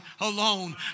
alone